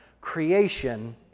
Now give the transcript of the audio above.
creation